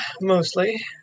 mostly